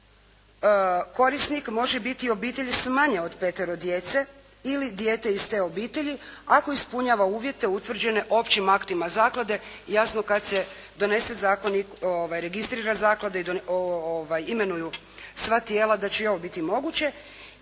korisnik može biti i obitelj s manje od petero djece ili dijete iz te obitelji ako ispunjava uvjete utvrđene općim aktima zaklade, jasno kad se donese zakon i registra zaklada i imenuju sva tijela, da će i ovo biti moguće.